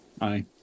Aye